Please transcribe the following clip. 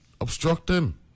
obstructing